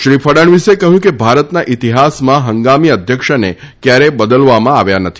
શ્રી ફડણવીસે કહ્યું કે ભારતના ઇતિહાસમાં હંગામી અધ્યક્ષને ક્યારેય બદલવામાં આવ્યા નથી